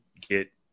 get